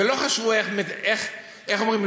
ולא חשבו, איך אומרים?